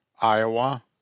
Iowa